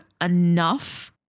enough